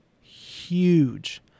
huge